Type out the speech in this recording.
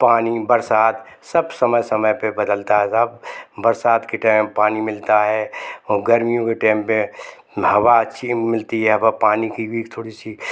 पानी बरसात सब समय समय पे बदलता है सब बरसात के टाइम पानी मिलता है गर्मियों के टाइम पे हवा अच्छी मिलती है व पानी की थोड़ी सी